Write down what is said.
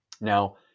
Now